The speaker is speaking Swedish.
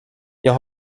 jag